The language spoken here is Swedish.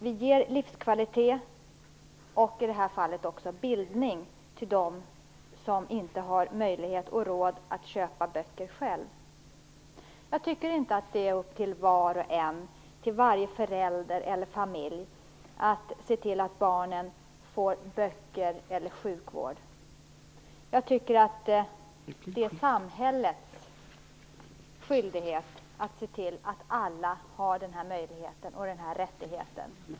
Vi ger därmed livskvalitet och, i det här fallet, också bildning till dem som inte har möjlighet och råd att själva köpa böcker. Jag tycker inte att det är upp till var och en - det är inte upp till varje förälder eller till varje familj - att se till att barnen får böcker eller sjukvård. Det är samhällets skyldighet att se till att alla har den här möjligheten och rättigheten.